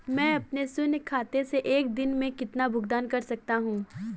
मैं अपने शून्य खाते से एक दिन में कितना भुगतान कर सकता हूँ?